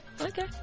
okay